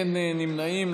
אין נמנעים.